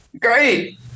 Great